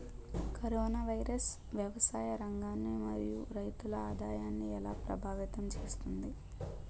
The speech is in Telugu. కరోనా వైరస్ వ్యవసాయ రంగాన్ని మరియు రైతుల ఆదాయాన్ని ఎలా ప్రభావితం చేస్తుంది?